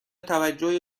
توجه